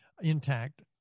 intact